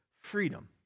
freedom